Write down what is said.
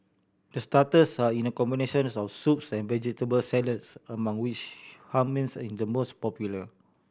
the starters are in a combination of soups and vegetable salads among which Hummus in the most popular